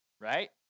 Right